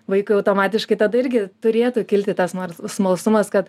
vaikui automatiškai tada irgi turėtų kilti tas nors smalsumas kad